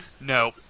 No